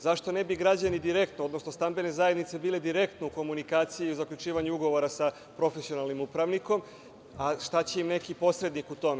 Zašto ne bi građani direktno, odnosno stambene zajednice bile direktno u komunikaciji u zaključivanju ugovora sa profesionalnim upravnikom, a šta će im neki posrednik u tome?